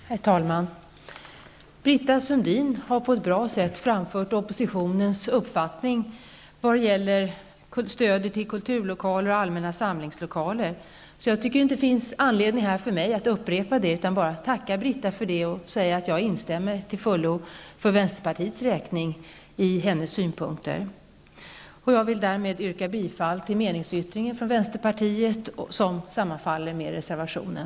Herr talman! Britta Sundin har på ett bra sätt framfört oppositionens uppfattning när det gäller stödet till kulturlokaler och allmänna samlingslokaler. Jag tycker inte att det finns anledning att upprepa det. Jag vill därför bara tacka Britta för det och säga att jag för vänsterpartiets räkning instämmer i hennes synpunkter. Härmed vill jag yrka bifall till meningsyttringen från vänsterpartiet, som sammanfaller med reservationen.